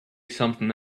something